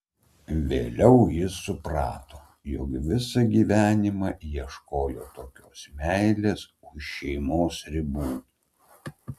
vėliau jis suprato jog visą gyvenimą ieškojo tokios meilės už šeimos ribų